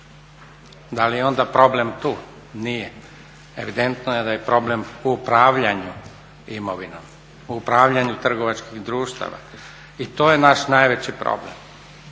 Da li je onda problem tu? Nije. Evidentno je da je problem u upravljanju imovinom, u upravljanju trgovačkih društava. I to je naš najveći problem.